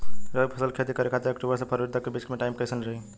रबी फसल के खेती करे खातिर अक्तूबर से फरवरी तक के बीच मे टाइम कैसन रही?